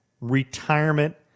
retirement